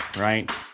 right